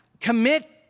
commit